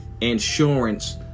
insurance